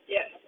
Yes